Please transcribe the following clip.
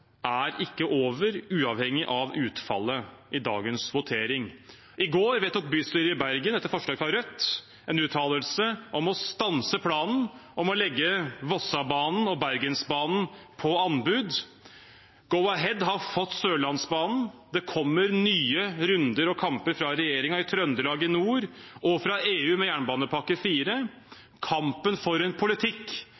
er ikke over, uavhengig av utfallet i dagens votering. I går vedtok bystyret i Bergen, etter forslag fra Rødt, en uttalelse om å stanse planen om å legge Vossebanen og Bergensbanen ut på anbud. Go-Ahead har fått Sørlandsbanen. Det kommer nye runder og kamper fra regjeringen i Trøndelag i nord og fra EU med jernbanepakke